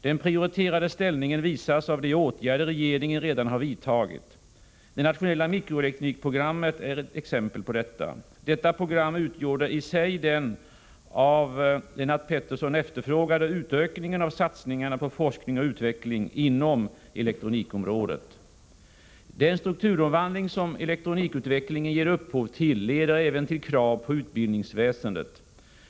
Den prioriterade ställningen visas av de åtgärder regeringen redan har vidtagit. Det nationella mikroelektronikprogrammet är ett exempel på detta. Detta program utgjorde i sig den av Lennart Pettersson efterfrågade utökningen av satsningarna på forskning och utveckling inom elektronikområdet. Den strukturomvandling som elektronikutvecklingen ger upphov till leder även till krav på utbildningsväsendet.